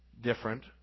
different